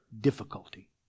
difficulty